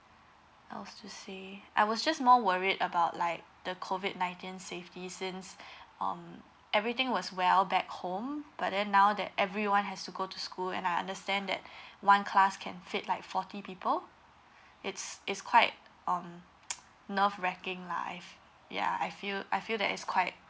else to say I was just more worried about like the COVID nineteen safety since um everything was well back home but then now that everyone has to go to school and I understand that one class can fit like forty people it's it's quite um nerve wrecking lah I've ya I feel I feel that is quite